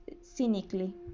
cynically